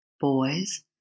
Boys